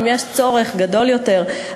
האם יש צורך גדול יותר,